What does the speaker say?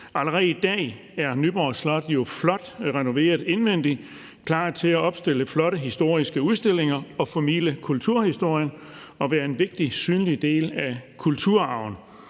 Allerede i dag er Nyborg Slot jo flot renoveret indvendigt, klar til at opstille flotte historiske udstillinger og formidle kulturhistorien og være en vigtig, synlig del af kulturarven.